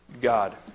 God